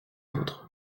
autres